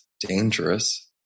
dangerous